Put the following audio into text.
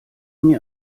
mir